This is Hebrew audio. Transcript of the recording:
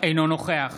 אינו נוכח